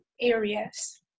areas